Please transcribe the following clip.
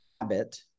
habit